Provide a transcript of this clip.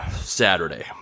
Saturday